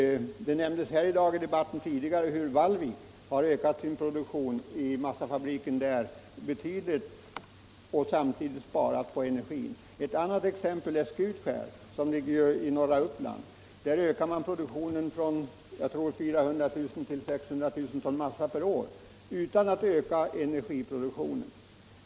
Tidigare i dag nämndes det i debatten att massafabriken i Vallvik ökat sin produktion betydligt och samtidigt sparat på energin. Ett annat exempel är Skutskärsverken, som ligger i norra Uppland. Där ökar man nu produktionen från jag tror 400 000 till 600 000 ton massa per år utan att öka energikonsumtionen.